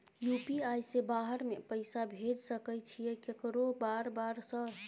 UPI से बाहर में पैसा भेज सकय छीयै केकरो बार बार सर?